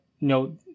no